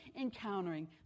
encountering